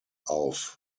auf